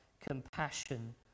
compassion